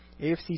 AFC